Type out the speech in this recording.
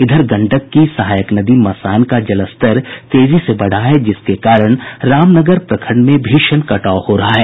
इधर गंडक की सहायक नदी मसान का जलस्तर तेजी से बढ़ा है जिसके कारण रामनगर प्रखंड में भीषण कटाव हो रहा है